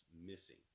missing